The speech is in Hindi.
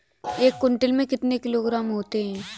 एक क्विंटल में कितने किलोग्राम होते हैं?